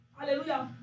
Hallelujah